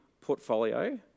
portfolio